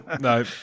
No